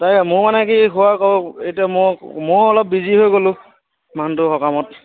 তাকে মইয়ো মানে কি আৰু এতিয়া মইয়ো মইয়ো অলপ বিজি হৈ গ'লোঁ মানুহটো সকামত